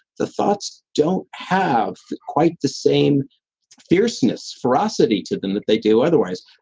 the thoughts don't have quite the same fierceness ferocity to them that they do otherwise.